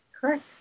Correct